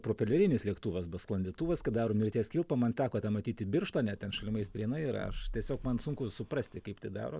propelerinis lėktuvas bet sklandytuvas kad daro mirties kilpą man teko tą matyti birštone ten šalimais prienai yra aš tiesiog man sunku suprasti kaip tai daro